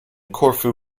corfu